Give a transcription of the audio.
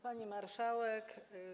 Pani Marszałek!